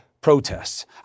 protests